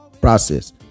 process